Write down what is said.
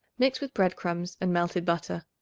mix with bread-crumbs and melted butter.